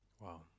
Wow